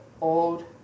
old